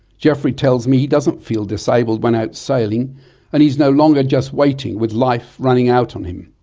geoffrey tells me he doesn't feel disabled when out sailing and he's no longer just waiting, with life running out on him.